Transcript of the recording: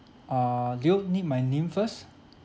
uh do you need my name first